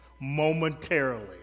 momentarily